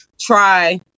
try